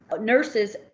nurses